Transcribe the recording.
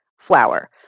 flour